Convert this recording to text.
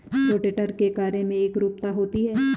rotator के कार्य में एकरूपता होती है